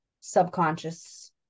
subconscious